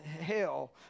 hell